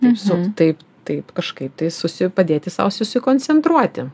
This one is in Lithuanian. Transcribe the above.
tiesiog taip taip kažkaip tai susi padėti sau susikoncentruoti